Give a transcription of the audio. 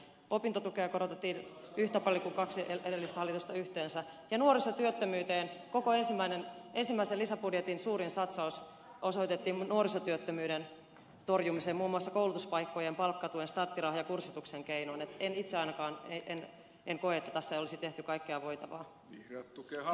opintotukea korotettiin yhtä paljon kuin kaksi edellistä hallitusta yhteensä ja koko ensimmäisen lisäbudjetin suurin satsaus osoitettiin nuorisotyöttömyyden torjumiseen muun muassa koulutuspaikkojen palkkatuen starttirahan ja kurssituksen keinoin joten en itse ainakaan koe että tässä ei olisi tehty kaikkea voitavaa